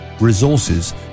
resources